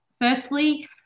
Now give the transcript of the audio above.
Firstly